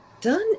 done